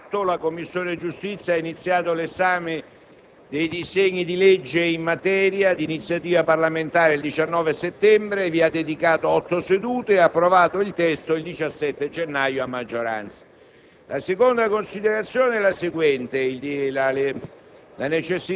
solo due brevi considerazioni aggiuntive. La prima è che la Commissione giustizia ha iniziato l'esame dei disegni di legge in materia, d'iniziativa parlamentare, il 19 settembre, vi ha dedicato otto sedute e ha approvato il testo il 17 gennaio, a maggioranza.